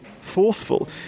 forceful